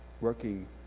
Working